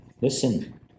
listen